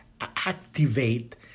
activate